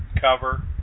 cover